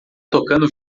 tocando